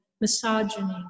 misogyny